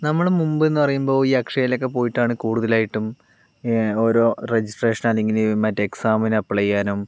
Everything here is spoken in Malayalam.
നമ്മള് മുൻപെന്ന് പറയുമ്പോൾ ഈ അക്ഷയെലോക്കെ പോയിട്ടാണ് കൂടുതലായിട്ടും ഓരോ രജിസ്ട്രഷേൻ അല്ലെങ്കില് മറ്റെ എക്സാമിന് അപ്ലൈയ്യാനും